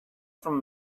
from